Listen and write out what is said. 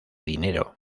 dinero